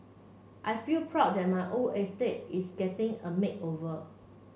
I feel proud that my old estate is getting a makeover